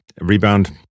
rebound